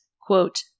quote